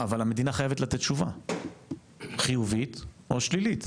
אבל המדינה חייבת לתת תשובה חיובית או שלילית,